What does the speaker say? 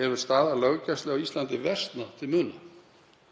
hefur staða löggæslu á Íslandi versnað til muna.